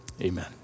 amen